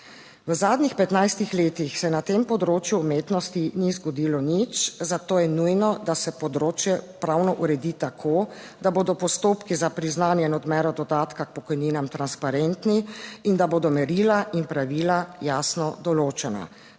V zadnjih 15 letih se na tem področju umetnosti ni zgodilo nič, zato je nujno, da se področje pravno uredi tako, da bodo postopki za priznanje in odmero dodatka k pokojninam transparentni in da bodo merila in pravila jasno določena.